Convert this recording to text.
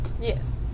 Yes